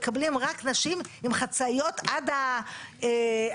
מקבלים רק נשים עם חצאיות עד העקב.